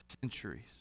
Centuries